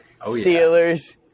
Steelers